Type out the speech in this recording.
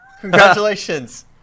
Congratulations